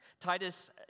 Titus